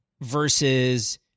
versus